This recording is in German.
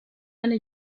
eine